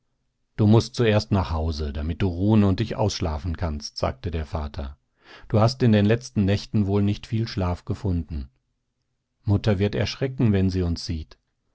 du mußt zuerst nach hause damit du ruhen und dich ausschlafen kannst sagte der vater du hast in den letzten nächten wohl nicht viel schlaf gefunden mutter wird erschrecken wenn sie uns sieht